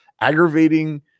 aggravating